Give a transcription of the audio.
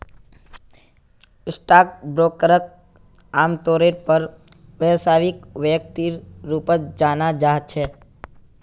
stock ब्रोकरक आमतौरेर पर व्यवसायिक व्यक्तिर रूपत जाना जा छे